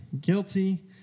guilty